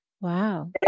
wow